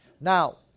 Now